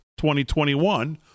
2021